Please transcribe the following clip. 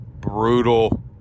brutal